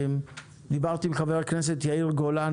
דיברתי עם חבר הכנסת יאיר גולן,